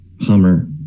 Hummer